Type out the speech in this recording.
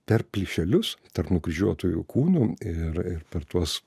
per plyšelius tarp nukryžiuotųjų kūnų ir ir per tuos